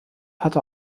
hatte